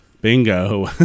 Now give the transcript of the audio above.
Bingo